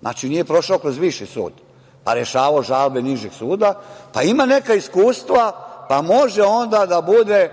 znači nije prošao kroz viši sud, a rešavao žalbe nižeg suda, pa ima neka iskustva, pa može onda da bude